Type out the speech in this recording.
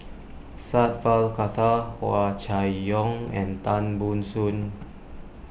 Sat Pal Khattar Hua Chai Yong and Tan Ban Soon